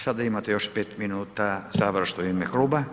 Sada imate još 5 minuta završno u ime kluba.